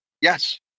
Yes